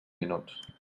minuts